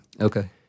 Okay